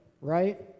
right